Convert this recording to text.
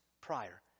prior